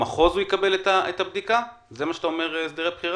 יקבל את הבדיקה שלו במחוז?